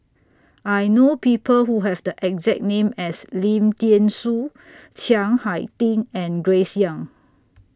I know People Who Have The exact name as Lim Thean Soo Chiang Hai Ding and Grace Young